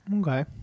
Okay